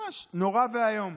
ממש נורא ואיום.